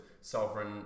sovereign